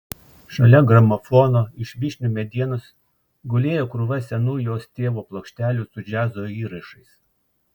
šalia gramofono iš vyšnių medienos gulėjo krūva senų jos tėvo plokštelių su džiazo įrašais